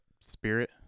spirit